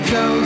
go